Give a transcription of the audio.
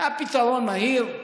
זה היה פתרון מהיר.